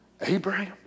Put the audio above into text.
Abraham